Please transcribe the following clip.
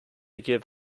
give